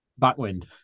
Backwind